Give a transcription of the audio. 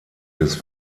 des